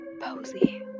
posie